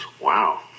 Wow